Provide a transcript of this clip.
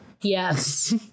Yes